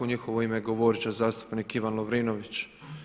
U njihovo ime govoriti će zastupnik Ivan Lovrinović.